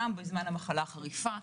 גם במהלך המחלה החריפה,